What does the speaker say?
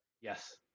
Yes